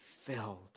filled